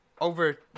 over